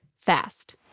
fast